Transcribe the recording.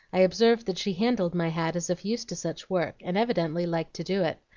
i observed that she handled my hat as if used to such work, and evidently liked to do it.